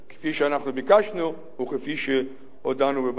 כפי שביקשנו וכפי שהודענו בבג"ץ.